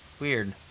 Weird